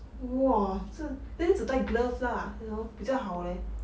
!wow! 这 then 只带 glove lah 比较好 leh